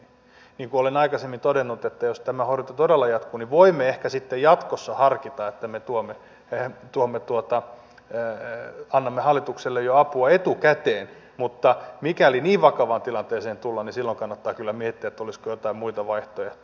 niin kuin olen aikaisemmin todennut jos tämä horjunta todella jatkuu niin voimme ehkä sitten jatkossa harkita että me tuomme tänne tuomme tuota läheinen annamme hallitukselle jo apua etukäteen mutta mikäli niin vakavaan tilanteeseen tullaan niin silloin kannattaa kyllä miettiä olisiko joitain muita vaihtoehtoja